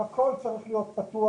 הכול צריך להיות פתוח.